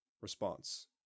Response